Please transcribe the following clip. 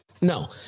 No